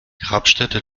grabstätte